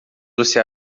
você